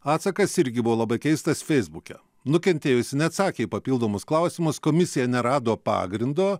atsakas irgi buvo labai keistas feisbuke nukentėjusi neatsakė į papildomus klausimus komisija nerado pagrindo